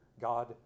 God